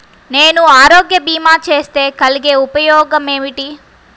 నేను ఆరోగ్య భీమా చేస్తే కలిగే ఉపయోగమేమిటీ?